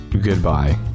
goodbye